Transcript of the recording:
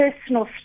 personal